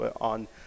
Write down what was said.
on